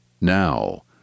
Now